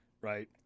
right